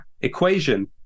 equation